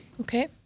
Okay